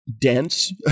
dense